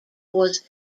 was